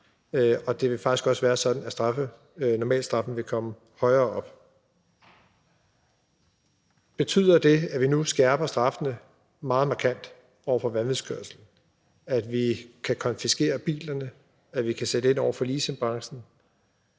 Og det vil faktisk også være sådan, at normalstraffen vil komme højere op. Betyder det, at vi nu skærper straffene meget markant over for vanvidskørsel – at vi kan konfiskere bilerne, at vi kan sætte ind over for leasingbranchen,